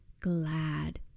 glad